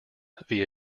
via